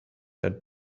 had